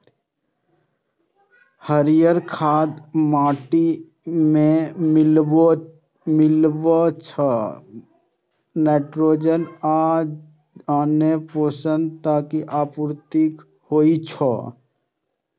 हरियर खाद माटि मे मिलाबै सं ओइ मे नाइट्रोजन आ आन पोषक तत्वक आपूर्ति होइ छै